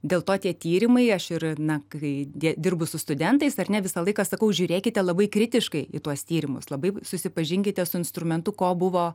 dėl to tie tyrimai aš ir na kai dirbu su studentais ar ne visą laiką sakau žiūrėkite labai kritiškai į tuos tyrimus labai susipažinkite su instrumentu ko buvo